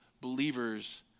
believers